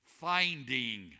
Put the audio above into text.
Finding